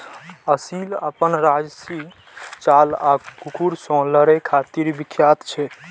असील अपन राजशी चाल आ कुकुर सं लड़ै खातिर विख्यात छै